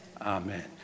Amen